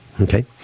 Okay